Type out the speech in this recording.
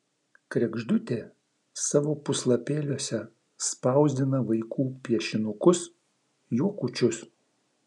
kregždutė savo puslapėliuose spausdina vaikų piešinukus juokučius